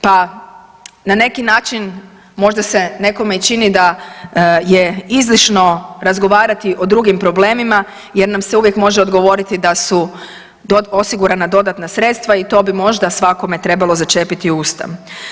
Pa, na neki način, možda se nekome i čini da je izlišno razgovarati o drugim problemima, jer nam se uvijek može odgovoriti da su osigurana dodatna sredstva i to bi možda svakome trebalo začepiti usta.